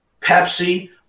Pepsi